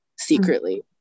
secretly